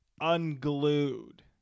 Unglued